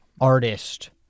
artist